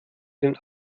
den